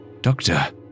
Doctor